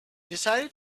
decided